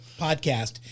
podcast